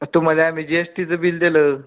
तुम्हाला आम्ही जी एस टीचं बिल दिलं